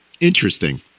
Interesting